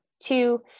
two